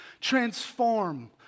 transform